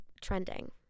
trending